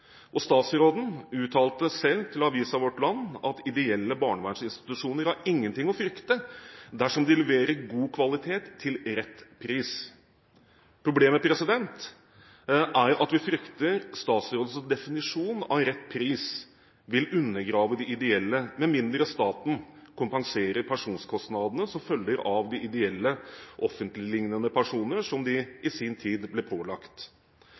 Statsråden uttalte selv til avisen Vårt Land at ideelle barneverninstitusjoner har ingenting å frykte dersom de leverer god kvalitet til rett pris. Problemet er at vi frykter at statsrådens definisjon av rett pris vil undergrave de ideelle, med mindre staten kompenserer pensjonskostnadene som følger av de ideelle offentligliknende pensjoner som de i sin tid ble pålagt.